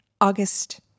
August